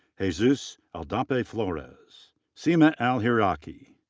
jesus aldape flores. seema al-hiraki.